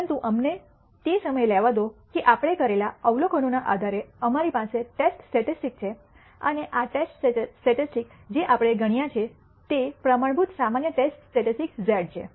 પરંતુ અમને તે સમયે લેવા દો કે આપણે કરેલા અવલોકનોના આધારે અમારી પાસે ટેસ્ટ સ્ટેટિસ્ટિક્સ છે અને આ ટેસ્ટ સ્ટેટિસ્ટિક્સ જે આપણે ગણ્યા છે તે પ્રમાણભૂત સામાન્ય ટેસ્ટ સ્ટેટિસ્ટિક્સ z છે